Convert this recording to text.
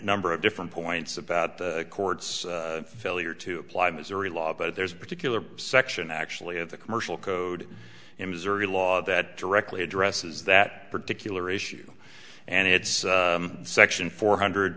number of different points about the court's failure to apply missouri law but there's a particular section actually of the commercial code in missouri law that directly addresses that particular issue and it's section four hundred